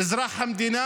אזרח המדינה,